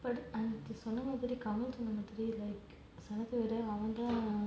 but அன்னிக்கி சொன்ன மாரி:annikki sonna maari kamal சொன்ன மாரி:sonna maari like sanam தா விட அவன் தான்:tha vida avan thaan